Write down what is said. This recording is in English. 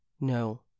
No